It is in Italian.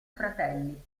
fratelli